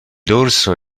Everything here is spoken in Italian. dorso